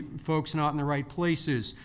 folks not in the right places,